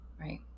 right